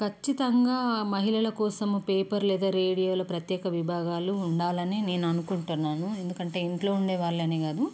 కచ్చితంగా మహిళల కోసము పేపర్ లేదా రేడియోలో ప్రత్యేక విభాగాలు ఉండాలని నేననుకుంటున్నాను ఎందుకంటే ఇంట్లో ఉండే వాళ్ళని కాదు